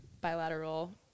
bilateral